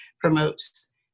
promotes